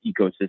ecosystem